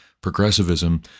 progressivism